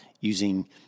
using